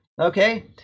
Okay